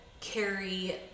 carry